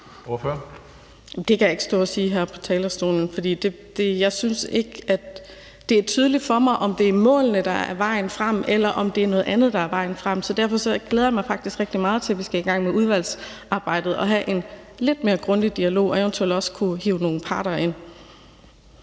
Det kan jeg ikke stå og sige her fra talerstolen. For jeg synes ikke, det er tydeligt for mig, om det er målene, der er vejen frem, eller om det er noget andet, der er vejen frem. Derfor glæder jeg mig faktisk rigtig meget til, at vi skal i gang med udvalgsarbejdet og have en lidt mere grundig dialog og eventuelt også hive nogle parter ind.